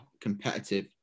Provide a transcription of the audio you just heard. competitive